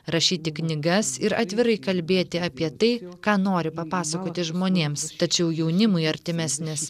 rašyti knygas ir atvirai kalbėti apie tai ką nori papasakoti žmonėms tačiau jaunimui artimesnės